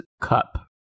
Cup